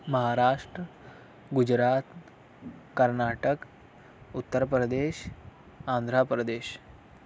Maharashtra Gujarat Karnataka Uttar Pradesh Andhra Pradesh